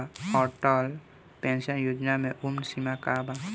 Atal pension योजना मे उम्र सीमा का बा?